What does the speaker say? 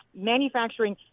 manufacturing